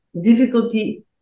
difficulty